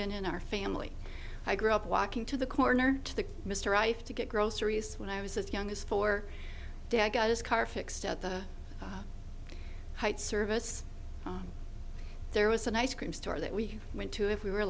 been in our family i grew up walking to the corner to the mr ife to get groceries when i was as young as four day i got his car fixed at the height service there was an ice cream store that we went to if we were